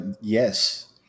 Yes